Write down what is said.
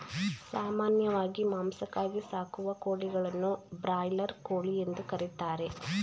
ಸಾಮಾನ್ಯವಾಗಿ ಮಾಂಸಕ್ಕಾಗಿ ಸಾಕುವ ಕೋಳಿಗಳನ್ನು ಬ್ರಾಯ್ಲರ್ ಕೋಳಿ ಎಂದು ಕರಿತಾರೆ